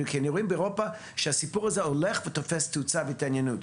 אנחנו רואים באירופה שהסיפור הזה הולך ותופס תאוצה והתעניינות.